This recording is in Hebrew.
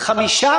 5?